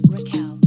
Raquel